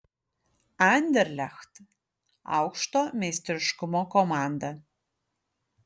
anderlecht aukšto meistriškumo komanda